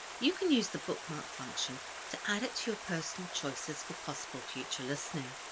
you can use the bookmark function to add it to your personal choices for possible future listening.